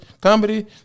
comedy